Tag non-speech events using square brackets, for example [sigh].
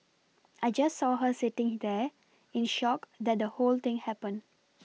I just saw her sitting [unintelligible] there in shock that the whole thing happened